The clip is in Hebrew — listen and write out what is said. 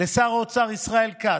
לשר האוצר ישראל כץ,